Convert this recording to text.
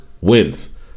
wins